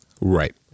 Right